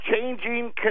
changing